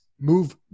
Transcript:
move